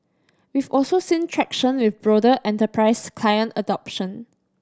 we've also seen traction with broader enterprise client adoption